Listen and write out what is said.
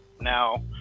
now